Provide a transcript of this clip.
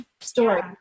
story